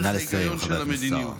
דרך ההיגיון של המדיניות,